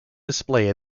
display